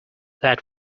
that